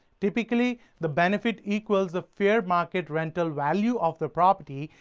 typically, the benefit equals the fair market rental value of the property,